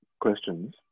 questions